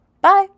Bye